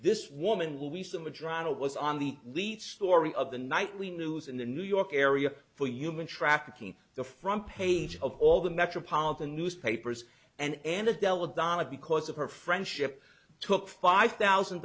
this woman will be some of drano was on the lead story of the nightly news in the new york area for human trafficking the front page of all the metropolitan newspapers and an adele of donna because of her friendship took five thousand